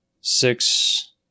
six